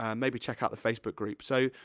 um maybe check out the facebook group, so,